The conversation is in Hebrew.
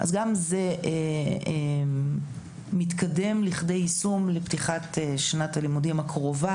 אז גם זה מתקדם לכדי יישום לפתיחת שנת הלימודים הקרובה.